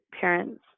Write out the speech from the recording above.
parents